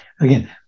Again